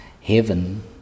heaven